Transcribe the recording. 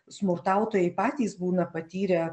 smurtautojai patys būna patyrę